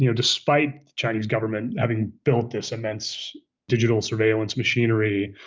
you know despite chinese government having built this immense digital surveillance machinery,